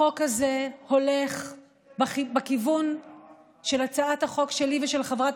החוק הזה הולך בכיוון של הצעת החוק שלי ושל חברת